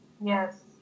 Yes